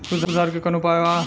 सुधार के कौनोउपाय वा?